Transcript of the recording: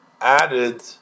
added